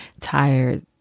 tired